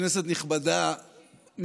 כנסת נכבדה,